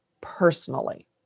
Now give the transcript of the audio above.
personally